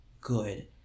good